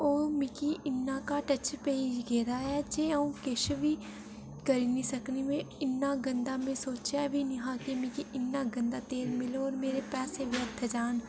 ओह् मिगी इन्ना घाटै च पेई गेदा ऐ जे अ'ऊं किश बी करी निं सकनी में इन्ना गंदा में सोचेआ बी नेईं हा की मिगी इन्ना गंदा तेल मिलग मेरे पैसे व्यर्थ जान